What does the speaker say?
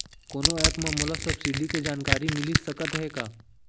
कोनो एप मा मोला सब्सिडी के जानकारी मिलिस सकत हे का?